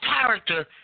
character